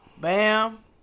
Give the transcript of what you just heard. Bam